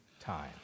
time